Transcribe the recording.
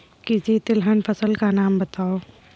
किसी तिलहन फसल का नाम बताओ